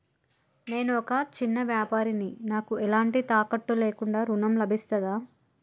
నేను ఒక చిన్న వ్యాపారిని నాకు ఎలాంటి తాకట్టు లేకుండా ఋణం లభిస్తదా?